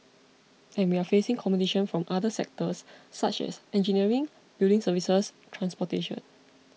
and we're facing competition from the other sectors such as engineering building services transportation